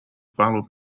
followed